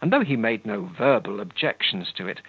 and though he made no verbal objections to it,